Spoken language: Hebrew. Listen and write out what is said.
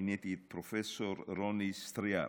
ומיניתי את פרופ' רוני סטריאר